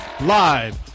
live